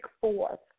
forth